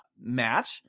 Matt